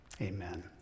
Amen